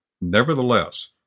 Nevertheless